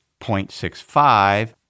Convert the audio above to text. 0.65%